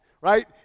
Right